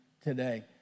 today